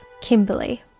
Kimberly